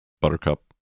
Buttercup